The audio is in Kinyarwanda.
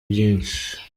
byinshi